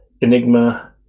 Enigma